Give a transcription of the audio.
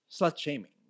slut-shaming